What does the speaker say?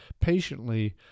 patiently